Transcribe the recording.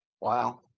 Wow